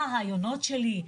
מה הרעיונות שלי,